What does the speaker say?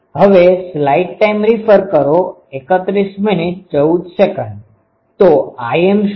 તો Im શું છે